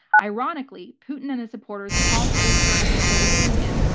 ironically, putin and his supporters call for the return of the soviet union,